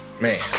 Man